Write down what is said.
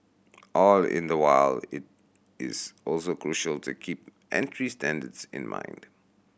all in the while it is also crucial to keep entry standards in mind